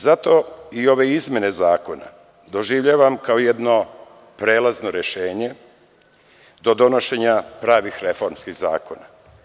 Zato i ove izmene zakona doživljavam kao jedno prelazno rešenje do donošenja pravih reformskih zakona.